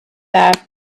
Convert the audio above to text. that